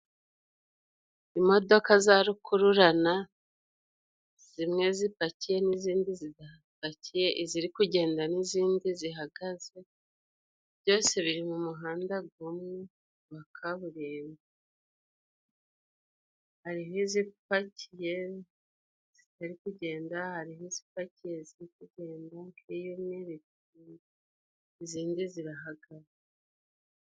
Imodoka za rukururana zimwe zipakiye n'izindi zidapakiye, iziri kugenda n'izindi zihagaze byose biri mu muhanda gumwe gwa kaburimbo. Hariho izipakiye zitari kugenda, hariho izipakiye ziri kugenda. Izindi zirahagaze.